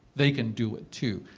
they can do it too.